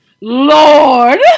Lord